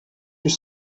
your